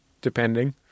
depending